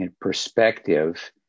perspective